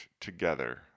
together